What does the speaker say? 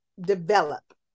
develop